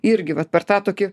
irgi vat per tą tokį